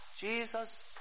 Jesus